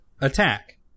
attack